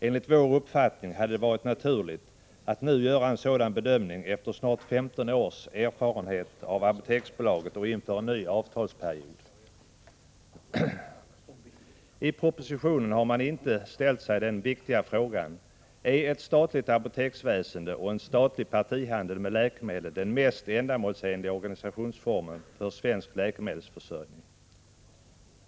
Enligt vår uppfattning hade det varit naturligt att nu göra en sådan bedömning efter snart 15 års erfarenhet av Apoteksbolaget och inför en ny avtalsperiod. I propositionen har man inte ställt sig den viktiga frågan: Är ett statligt apoteksväsende och en statlig partihandel med läkemedel den mest ändamålsenliga organisationsformen för svensk läkemedelsförsörjning?